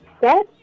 set